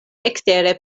ekstere